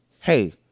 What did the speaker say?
hey